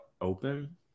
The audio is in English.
Open